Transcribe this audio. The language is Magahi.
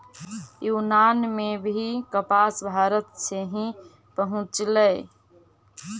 यूनान में भी कपास भारते से ही पहुँचलई